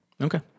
Okay